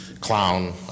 clown